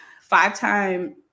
five-time